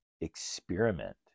Experiment